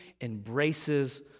embraces